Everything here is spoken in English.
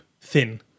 thin